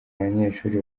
banyeshuri